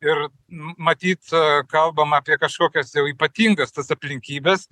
ir matyt a kalbam apie kažkokias jau ypatingas tas aplinkybes